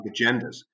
agendas